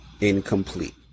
incomplete